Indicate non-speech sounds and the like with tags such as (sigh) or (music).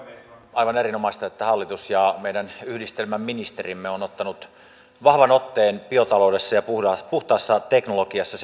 aivan erinomaista että hallitus ja meidän yhdistelmäministerimme on ottanut vahvan otteen biotaloudessa ja puhtaassa puhtaassa teknologiassa (unintelligible)